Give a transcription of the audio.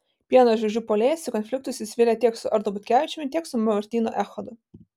pieno žvaigždžių puolėjas į konfliktus įsivėlė tiek su arnu butkevičiumi tiek su martynu echodu